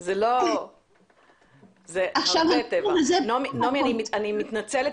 נעמי, אני מתנצלת.